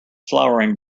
flowering